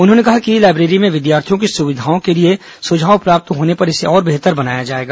उन्होंने कहा कि ई लाईब्रेरी में विद्यार्थियों की सुविधाओं के लिए सुझाव प्राप्त होने पर इसे और बेहतर बनाया जाएगा